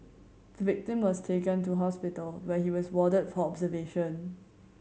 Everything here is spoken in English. the victim was taken to hospital where he was warded for observation